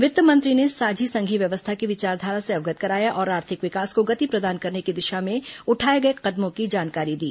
वित्त मंत्री ने साझी संघीय व्यवस्था की विचाखारा से अवगत कराया और आर्थिक विकास को गति प्रदान करने की दिशा में उठाए गए कदमों की जानकारी दी